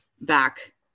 back